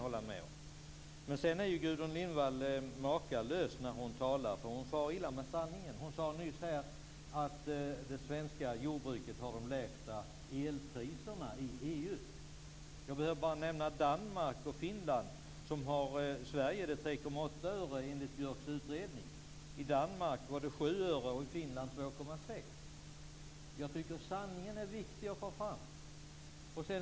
I övrigt är Gudrun Lindvall makalös när hon talar - hon far illa med sanningen. Hon sade nyss att det svenska jordbruket har de lägsta elpriserna i EU. Jag behöver bara nämna Danmark och Finland. I Sverige är elpriset 3,8 öre enligt Björks utredning. I Danmark är det 7 öre och i Finland 2,6 öre. Jag tycker att det är viktigt att få fram sanningen!